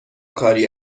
کاری